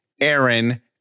Aaron